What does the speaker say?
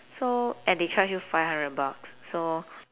so and they charge you five hundred bucks so